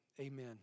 amen